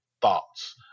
thoughts